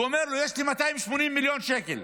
ואומר לו: יש לי 280 מיליון שקל,